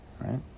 Right